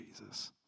Jesus